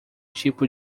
tipo